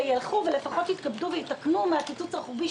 שילכו ויתכבדו ויתקנו מהקיצוץ הרוחבי,